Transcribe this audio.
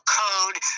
code